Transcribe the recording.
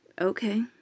Okay